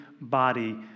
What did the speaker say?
body